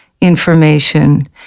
information